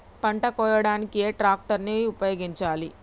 పంట కోయడానికి ఏ ట్రాక్టర్ ని ఉపయోగించాలి?